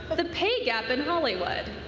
the pay gap in hollywood.